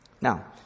Now